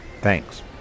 Thanks